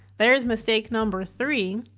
there's mistake number three.